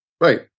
Right